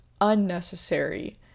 unnecessary